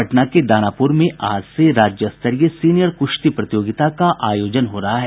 पटना के दानापुर में आज से राज्य स्तरीय सीनियर कुश्ती प्रतियोगिता का आयोजन हो रहा है